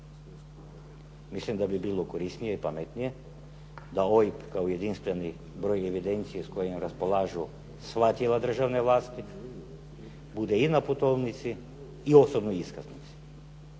Mislim da bi bilo korisnije i pametnije da OIB kao jedinstveni broj evidencije s kojim raspolažu sva tijela državne vlasti, bude i na putovnici i osobnoj iskaznici.